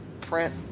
print